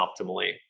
optimally